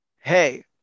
hey